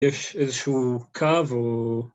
יש איזשהו קו, או...